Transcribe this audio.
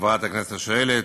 חברת הכנסת השואלת,